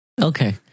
Okay